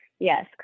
Yes